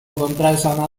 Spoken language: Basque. kontraesana